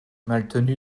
maltenu